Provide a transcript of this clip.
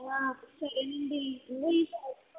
సరేనండి ఇదిగో ఈ శారీ చూడండి